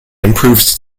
improved